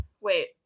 Wait